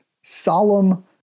solemn